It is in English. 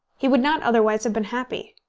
he would not otherwise have been happy.